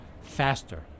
faster